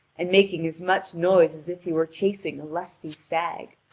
and making as much noise as if he were chasing a lusty stag.